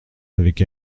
avec